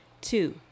Two